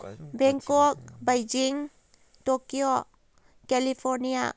Bangkok Beijing Tokyo California